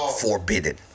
forbidden